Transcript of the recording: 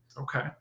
Okay